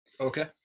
okay